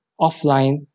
offline